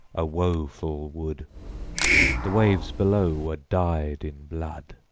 a woful wood the waves below were dyed in blood.